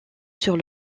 sur